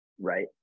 right